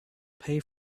pay